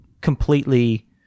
Completely